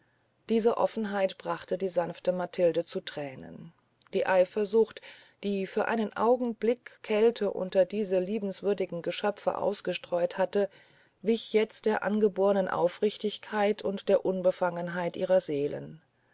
diese offenheit brachte die sanfte matilde zu thränen die eifersucht die für einen augenblick kälte unter diese liebenswürdigen geschöpfe ausgestreut hatte wich jetzt der angebohrnen aufrichtigkeit und unbefangenheit ihrer seelen